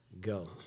Go